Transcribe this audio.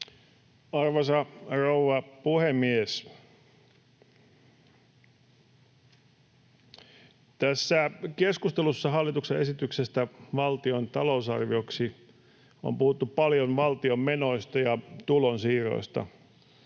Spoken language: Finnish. Arvoisa rouva puhemies! Tässä keskustelussa hallituksen esityksestä valtion talousarvioksi on puhuttu paljon valtion menoista ja tulonsiirroista,